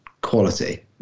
quality